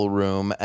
room